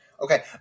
Okay